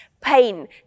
pain